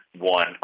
one